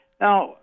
Now